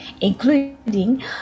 including